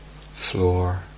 floor